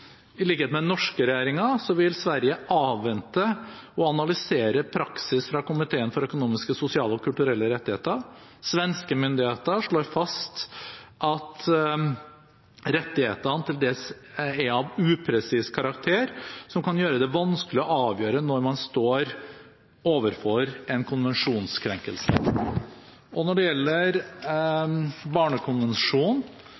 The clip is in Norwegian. I likhet med den norske regjeringen vil Sverige avvente å analysere praksis fra Komiteen for økonomiske, sosiale og kulturelle rettigheter. Svenske myndigheter slår fast at rettighetene til dels er av upresis karakter, som kan gjøre det vanskelig å avgjøre når man står overfor en konvensjonskrenkelse. Og når det gjelder